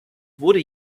wurde